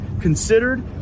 considered